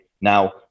Now